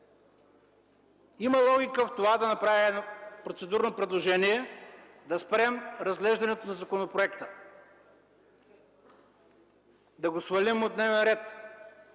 има логика да направя процедурно предложение да спрем разглеждането на законопроекта, да го свалим от дневен ред.